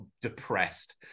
depressed